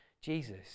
Jesus